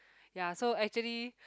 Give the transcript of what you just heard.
ya so actually